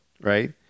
right